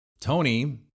Tony